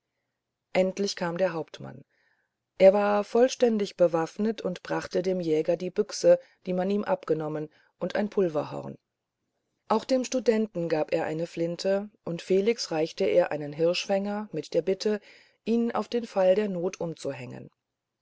endlich kam der hauptmann er war vollständig bewaffnet und brachte dem jäger die büchse die man ihm abgenommen und ein pulverhorn auch dem studenten gab er eine flinte und felix reichte er einen hirschfänger mit der bitte ihn auf den fall der not umzuhängen